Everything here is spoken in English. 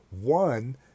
One